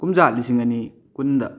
ꯀꯨꯝꯖꯥ ꯂꯤꯁꯤꯡ ꯑꯅꯤ ꯀꯨꯟꯗ